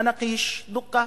מנאקיש, דוקה,